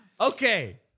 Okay